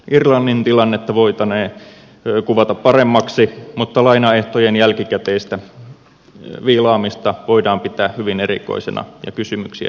irlannin tilannetta voitaneen kuvata paremmaksi mutta lainaehtojen jälkikäteistä viilaamista voidaan pitää hyvin erikoisena ja kysymyksiä herättävänä asiana